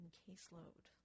caseload